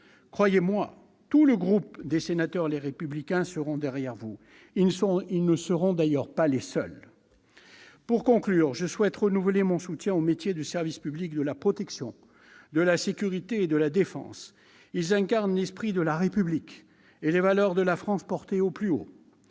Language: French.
croyez-moi, tous les sénateurs Les Républicains seront derrière vous- et ils ne seront d'ailleurs pas les seuls. Pour conclure, je renouvelle mon soutien aux métiers du service public de la protection, de la sécurité et de la défense. Ils incarnent l'esprit de la République et les valeurs de la France portées au plus haut.